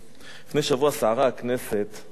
אם מישהו